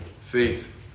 faith